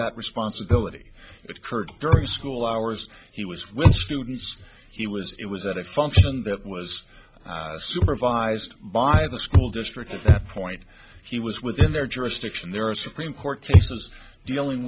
that responsibility it curved during school hours he was with students he was it was at a function that was supervised by the school district at that point he was within their jurisdiction there are supreme court cases dealing